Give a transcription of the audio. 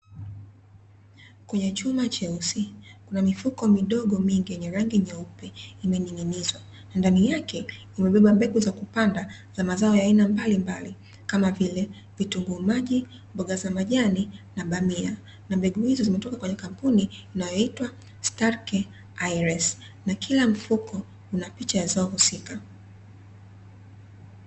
Kwenye chuma cheusi kuna mifuko midogo mingi yenye rangi nyeupe imening'ing'inizwa, ndani yake imebeba mbegu za kupanda za mazao ya aina mbalimbali kama vile: vitunguu maji, mboga za majani na bamia. Na mbegu hizo zimetoka kwenye kampuni inayoitwa "STARKE AYRES", na kila mfuko una picha ya zao husika.